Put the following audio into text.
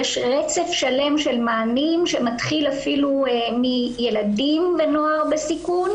יש רצף שלם של מענים שמתחיל אפילו מילדים ונוער בסיכון,